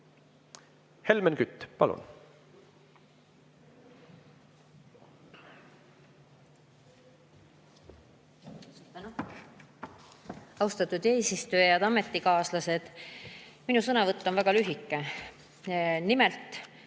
Helmen Kütt, palun! Austatud eesistuja! Head ametikaaslased! Minu sõnavõtt on väga lühike. Nimelt,